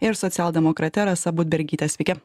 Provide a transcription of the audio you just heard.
ir socialdemokrate rasa budbergyte sveiki